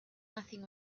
nothing